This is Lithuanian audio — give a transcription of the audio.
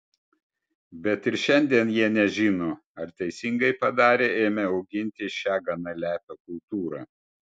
bet ir šiandien jie nežino ar teisingai padarė ėmę auginti šią gana lepią kultūrą